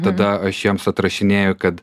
tada aš jiems atrašinėju kad